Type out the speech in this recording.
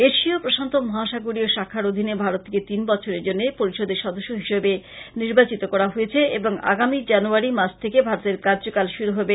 এশিয় প্রশান্ত মহাসাগরীয় শাখার অধীনে ভারতকে তিন বছরের জন্য পরিষদের সদস্য হিসেবে নির্বাচিত করা হয়েছে এবং আগামী জানুয়ারী মাস থেকে ভারতের কার্যকাল শুরু হবে